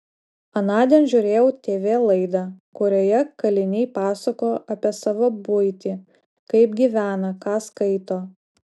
anądien žiūrėjau tv laidą kurioje kaliniai pasakojo apie savo buitį kaip gyvena ką skaito